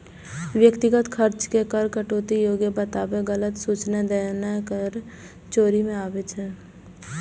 व्यक्तिगत खर्च के कर कटौती योग्य बताके गलत सूचनाय देनाय कर चोरी मे आबै छै